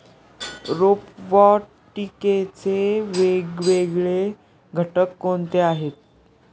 रोपवाटिकेचे वेगवेगळे घटक कोणते आहेत?